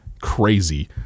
crazy